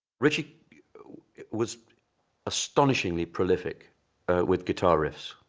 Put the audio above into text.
ritchie was astonishingly prolific with guitar riffs.